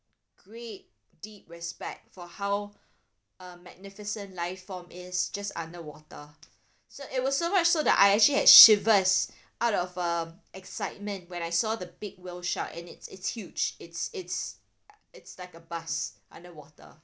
great deep respect for how a magnificent life form is just underwater so it was so much so I actually had shivers out of uh excitement when I saw the big whale shark and it's huge it's it's it's like a bus underwater